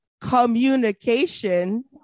Communication